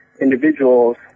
individuals